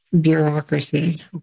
bureaucracy